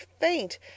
faint